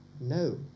No